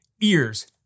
ears